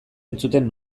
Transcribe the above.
entzuten